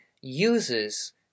uses